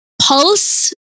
pulse